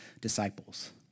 disciples